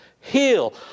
heal